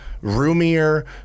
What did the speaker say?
roomier